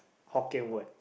hokkien word